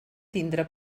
tindre